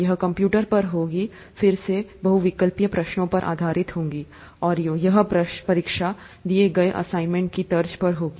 यह कंप्यूटर पर होगा फिर से बहुविकल्पीय प्रश्न पर आधारित होंगे और यह परीक्षा दिए गए असाइनमेंट की तर्ज पर होगी